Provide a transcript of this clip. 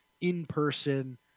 in-person